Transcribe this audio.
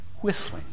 whistling